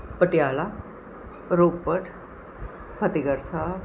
Patiala Ropar Fatehgarh Sahib